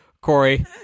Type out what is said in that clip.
Corey